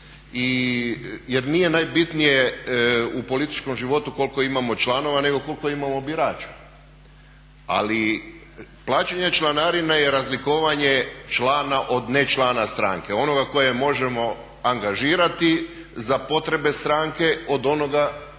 Jer nije najbitnije u političkom životu koliko imamo članova nego koliko imamo birača. Ali plaćanje članarine je razlikovanje člana od ne člana stranke, onoga kojega možemo angažirati za potrebe stranke od onoga koji